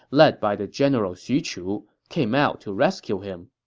led by the general xu chu, came out to rescue him.